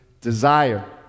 desire